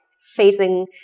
facing